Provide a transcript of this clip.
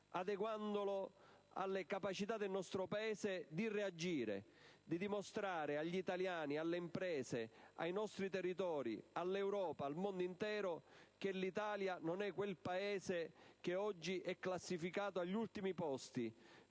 adeguandola alle capacità del nostro Paese di reagire, dimostrando agli italiani, alle imprese, ai nostri territori, all'Europa ed al mondo intero che l'Italia non è quel Paese che oggi è classificato agli ultimi posti